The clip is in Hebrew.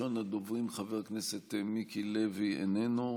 ראשון הדוברים, חבר הכנסת מיקי לוי, איננו,